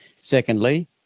Secondly